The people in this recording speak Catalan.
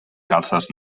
calces